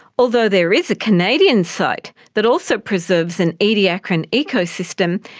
although there is a canadian site that also preserves an ediacaran ecosystem,